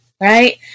right